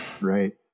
Right